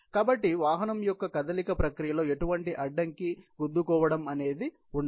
కాబట్టి వాహనం యొక్క కదలిక ప్రక్రియలో ఎటువంటి అడ్డంకి గుద్దుకోవటం అనేది ఉండదు